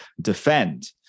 defend